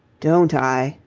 don't i!